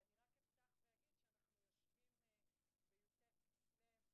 רק אפתח ואגיד שהיום הוא י"ט בכסלו,